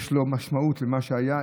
יש לו משמעות למה שהיה,